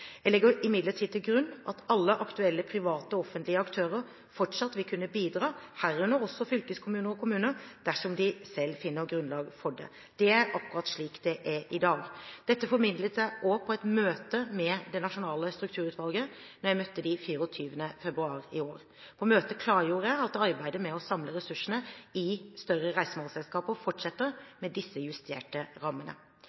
Jeg legger imidlertid til grunn at alle aktuelle private og offentlige aktører fortsatt vil kunne bidra, herunder også fylkeskommuner og kommuner, dersom de selv finner grunnlag for det. Det er akkurat slik det er i dag. Dette formidlet jeg også på et møte med det nasjonale strukturutvalget da jeg møtte dem den 24. februar i år. På møtet klargjorde jeg at arbeidet med å samle ressursene i større reisemålsselskaper